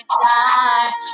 time